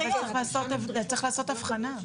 אבל צריך לעשות אבחנה.